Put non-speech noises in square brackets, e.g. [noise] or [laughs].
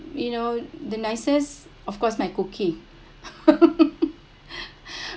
you know the nicest of course my cooking [laughs]